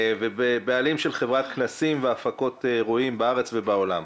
חברת כנסים והפקות אירועים בארץ ובעולם.